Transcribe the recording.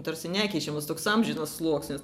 tarsi nekeičiamas toks amžinas sluoksnis